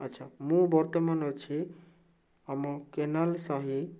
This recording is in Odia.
ଆଛା ମୁଁ ବର୍ତ୍ତମାନ ଅଛି ଆମ କେନାଲ୍ ସାହି